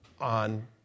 on